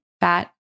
fat